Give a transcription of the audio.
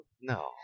No